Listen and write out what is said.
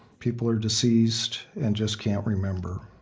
people are deceased, and just can't remember.